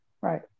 right